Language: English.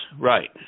right